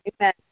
Amen